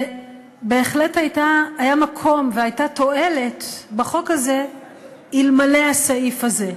בהחלט היה מקום והייתה תועלת בחוק הזה אלמלא הסעיף הזה.